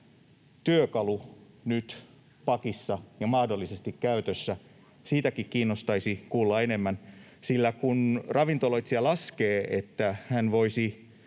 työkalu nyt pakissa ja mahdollisesti käytössä? Siitäkin kiinnostaisi kuulla enemmän, sillä kun ravintoloitsija laskee, että hän voisi